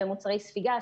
במוצרי ספיגה,